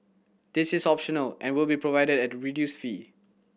this is optional and will be provided at a reduced fee